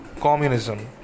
communism